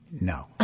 No